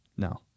No